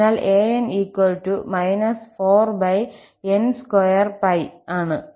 അതിനാൽ 𝑎n − 4𝑛2π ആണ്